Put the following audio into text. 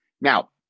Now